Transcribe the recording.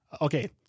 Okay